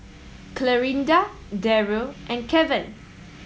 Clarinda Daryl and Keven